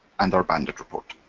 and our banded report.